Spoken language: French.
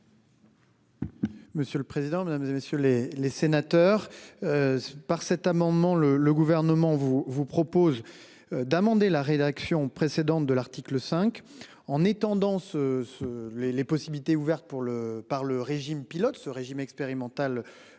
Monsieur le président, Mesdames, et messieurs les les sénateurs. Par cet amendement. Le le gouvernement vous vous propose. D'amender la rédaction précédente de l'article 5 en étendant ce ce les les possibilités ouvertes pour le par le régime pilote ce régime expérimental.